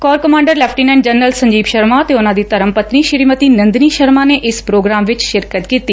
core commander lieutenant general Sanjeev Sharma ਅਤੇ ਉਨਾਂ ਦੀ ਧਰਮ ਪਤਨੀ ਸ਼ੀਮਤੀ ਨੰਦਨੀ ਸ਼ਰਮਾ ਨੇ ਇਸ ਪ੍ਰੋਗਰਾਮ ਵਿਚ ਸ਼ਿਰਕਤ ਕੀਤੀ